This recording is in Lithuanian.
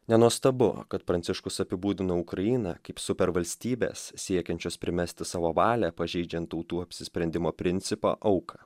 nenuostabu kad pranciškus apibūdina ukrainą kaip supervalstybės siekiančios primesti savo valią pažeidžiant tautų apsisprendimo principą auką